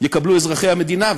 יקבלו אזרחי המדינה,